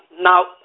now